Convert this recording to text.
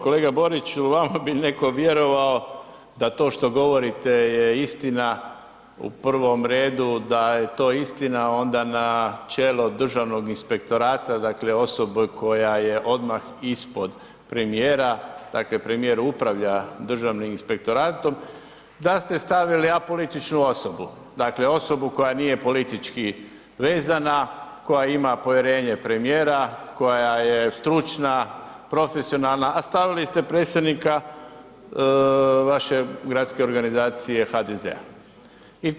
Kolega Boriću, vama bi netko vjerovao da to što govorite je istina, u prvom redu da je to istina onda na čelo Državnog inspektorata dakle osobu koja je odmah ispod premijera, dakle premijer upravlja Državnim inspektoratom, da ste stavili apolitičnu osobu, dakle osobu koja nije politički vezana, koja ima povjerenje premijera, koja je stručna, profesionalna a stavili ste vaše gradske organizacije HDZ-a.